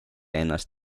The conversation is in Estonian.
ennast